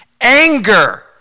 anger